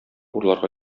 урларга